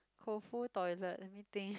Koufu toilet let me think